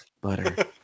butter